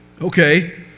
Okay